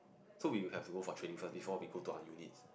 so we will have to go for training first before we go to our unit